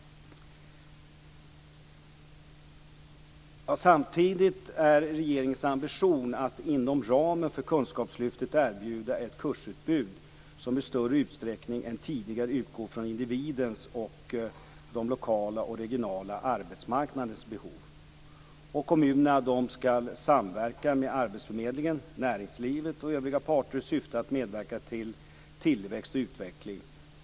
Samtidigt är regeringens ambition att inom ramen för kunskapslyftet erbjuda ett kursutbud som i större utsträckning än tidigare utgår från individens och de lokala och regionala arbetsmarknadernas behov. Kommunerna skall samverka med arbetsförmedlingen, näringslivet och övriga parter i syfte att medverka till tillväxt och utveckling.